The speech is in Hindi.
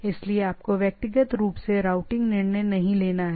इसलिए आपको व्यक्तिगत रूप से रूटिंग निर्णय नहीं लेना है